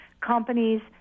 companies